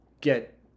get